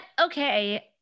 okay